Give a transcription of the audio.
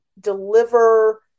deliver